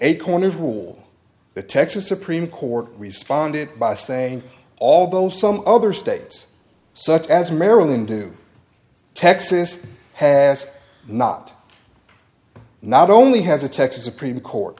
eight corners rule the texas supreme court responded by saying although some other states such as maryland do texas has not not only has the texas supreme court